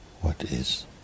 what-is